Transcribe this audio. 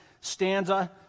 stanza